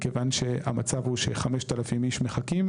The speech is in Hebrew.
מכיוון שהמצב הוא ש-5000 איש מחכים,